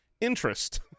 interest